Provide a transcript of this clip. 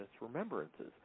remembrances